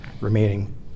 remaining